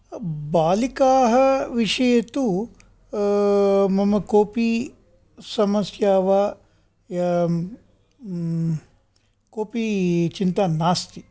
बालिकाः विषये तु मम कोऽपि समस्या वा कोऽपि चिन्ता नास्ति